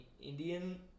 Indian